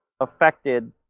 affected